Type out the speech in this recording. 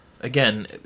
again